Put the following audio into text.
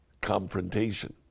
Confrontation